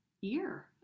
year